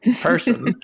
person